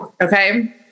Okay